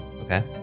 Okay